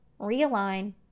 realign